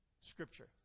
Scripture